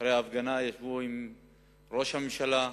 אחרי ההפגנה ישבו עם ראש הממשלה,